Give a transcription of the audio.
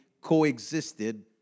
coexisted